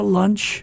lunch